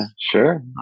sure